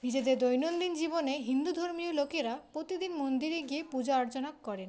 নিজেদের দৈনন্দিন জীবনে হিন্দু ধর্মীয় লোকেরা প্রতিদিন মন্দিরে গিয়ে পূজা অর্চনা করেন